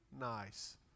nice